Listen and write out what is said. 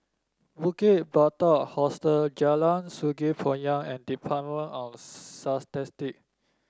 Bukit Batok Hostel Jalan Sungei Poyan and Department of